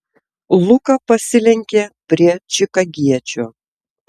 luka pasilenkė prie čikagiečio